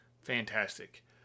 fantastic